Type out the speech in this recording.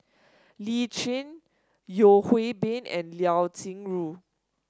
Lee Tjin Yeo Hwee Bin and Liao Yingru